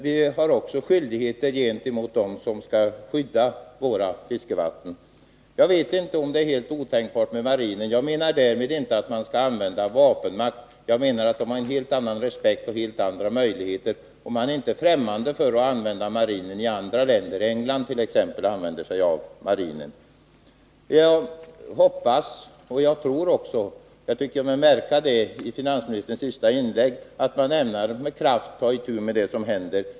— Vi har skyldigheter också gentemot dem som skall skydda våra fiskevatten. Jag vet inte om man skall se det som helt otänkbart att koppla in marinen. Jag menar därmed inte att man skall använda vapenmakt, utan jag menar att marinen inger en helt annan respekt och man har där helt andra möjligheter. Man är inte främmande för att använda marinen i andra länder, exempelvis i England. Jag hoppas och jag tror också — jag tyckte mig märka att det är så av finansministerns sista inlägg — att regeringen ämnar med kraft ta itu med det som händer.